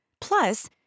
Plus